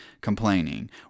complaining